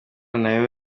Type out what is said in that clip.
nayo